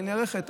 היא נערכת.